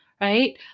right